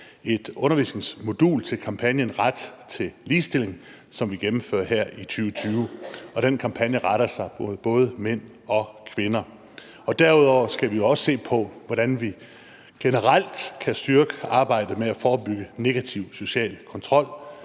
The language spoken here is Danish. et undervisningsmodul til kampagnen »Ret til ligestilling«, som vi gennemfører her i 2020, og den kampagne retter sig både mod mænd og kvinder. Derudover skal vi også se på, hvordan vi generelt kan styrke arbejdet med at forebygge negativ social kontrol.